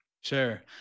Sure